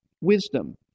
wisdom